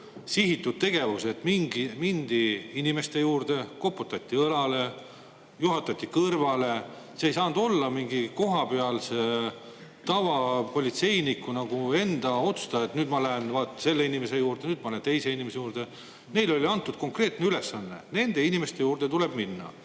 sihitud tegevus. Mindi inimeste juurde, koputati õlale, juhatati kõrvale. See ei saanud olla mingi kohapealse tavapolitseiniku enda otsustada, et nüüd ma lähen selle inimese juurde, nüüd ma lähen teise inimese juurde. Neile oli antud konkreetne ülesanne: nende inimeste juurde tuleb minna.